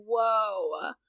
Whoa